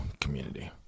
community